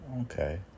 Okay